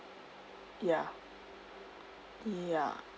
ya ya